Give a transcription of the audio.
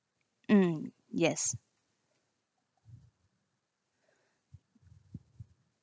mm yes